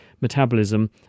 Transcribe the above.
metabolism